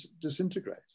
disintegrate